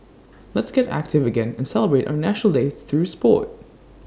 let's get active again and celebrate our National Day through Sport